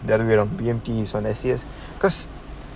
the other way around B_M_T and as yet because